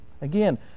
Again